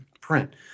print